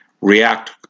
react